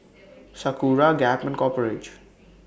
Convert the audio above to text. Sakura Gap and Copper Ridge